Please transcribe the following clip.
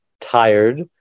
tired